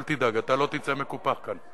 אל תדאג, אתה לא תצא מקופח כאן.